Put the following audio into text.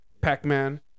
Pac-Man